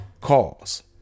cause